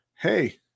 hey